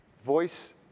voice